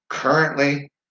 Currently